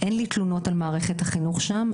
אין לי תלונות על מערכת החינוך שם.